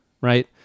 right